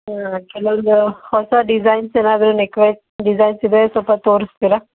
ಹಾಂ ಕೆಲವೊಂದು ಹೊಸ ಡಿಝೈನ್ಸ್ ಏನಾದರೂ ನೆಕ್ ಡಿಝೈನ್ಸ್ ಇದ್ದಾರೆ ಸಲ್ಪ ತೋರಿಸ್ತೀರಾ